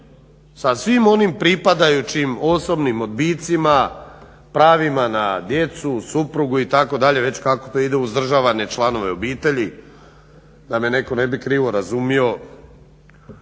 sa svim onim pripadajućim osobnim odbicima, pravima na djecu, suprugu itd. već kako to ide uzdržavane članove obitelji, da me ne bi netko krivo razumio.